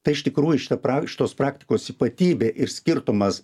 tai iš tikrųjų šita pra šitos praktikos ypatybė ir skirtumas